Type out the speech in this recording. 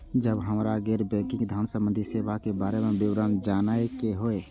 जब हमरा गैर बैंकिंग धान संबंधी सेवा के बारे में विवरण जानय के होय?